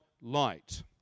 Light